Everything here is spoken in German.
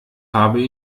habe